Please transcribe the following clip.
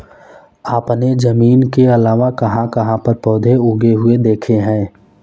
आपने जमीन के अलावा कहाँ कहाँ पर पौधे उगे हुए देखे हैं?